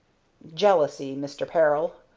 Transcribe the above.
jealousy, mister peril.